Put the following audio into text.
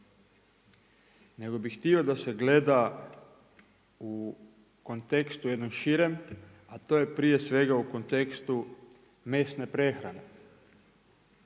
nego bi htio da se gleda u kontekstu jednom širem, a to je prije svega u kontekstu mesne prehrane.